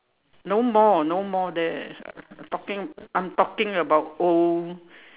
no more no more there I'm talking I'm talking about old